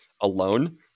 alone